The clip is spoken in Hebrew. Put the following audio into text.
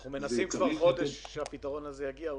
--- אנחנו מנסים כבר חודש שהפתרון הזה יגיע לפה.